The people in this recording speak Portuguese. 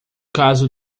caso